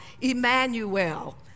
Emmanuel